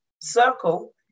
circle